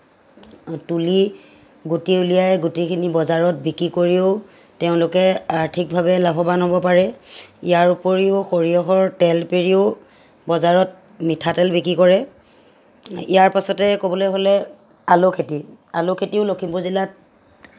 তুলি গুটি ওলিয়াই গুটিখিনি বজাৰত বিক্ৰী কৰিও তেওঁলোকে আৰ্থিকভাৱে লাভৱান হ'ব পাৰে ইয়াৰ ওপৰিও সৰিয়হৰ তেল পেৰিও বজাৰত মিঠাতেল বিক্ৰী কৰে ইয়াৰ পাছতে ক'বলৈ হ'লে আলু খেতি আলু খতিও লখিমপুৰ জিলাত